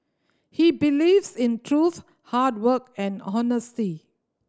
he believes in truth hard work and honesty